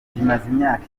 imyaka